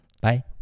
Bye